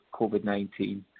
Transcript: COVID-19